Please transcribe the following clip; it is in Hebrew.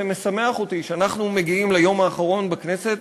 זה משמח אותי שאנחנו מגיעים ליום האחרון בכנסת,